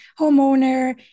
homeowner